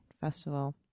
Festival